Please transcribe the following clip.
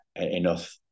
enough